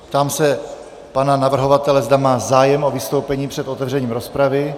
Ptám se pana navrhovatele, zda má zájem o vystoupení před otevřením rozpravy.